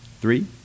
three